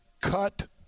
cut